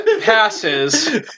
passes